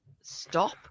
stop